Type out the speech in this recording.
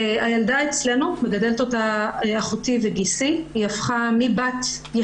הילדה אצלנו, אחותי וגיסי מגדלים אותה.